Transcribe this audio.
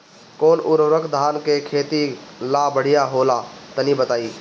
कौन उर्वरक धान के खेती ला बढ़िया होला तनी बताई?